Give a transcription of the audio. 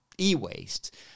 e-waste